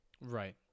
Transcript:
Right